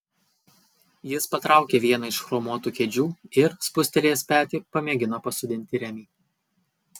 jis patraukė vieną iš chromuotų kėdžių ir spustelėjęs petį pamėgino pasodinti remį